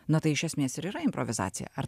na tai iš esmės ir yra improvizacija ar